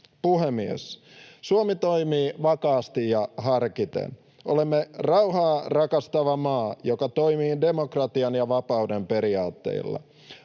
Puhemies! Suomi toimii vakaasti ja harkiten. Olemme rauhaa rakastava maa, joka toimii demokratian ja vapauden periaatteilla.